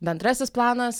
bendrasis planas